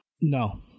no